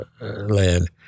land